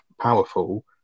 powerful